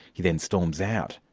he then storms out.